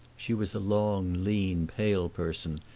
she was a long, lean, pale person,